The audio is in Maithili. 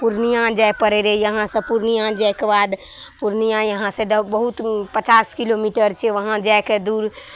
पूर्णियाँ जाय पड़ैत रहै यहाँसँ पूर्णियाँ जायके बाद पूर्णियाँ यहाँसँ जब बहुत पचास किलोमीटर छै वहाँ जायके दूर